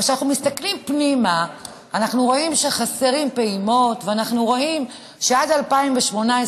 אבל כשאנחנו מסתכלים פנימה אנחנו רואים שחסרות פעימות,